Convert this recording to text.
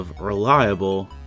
reliable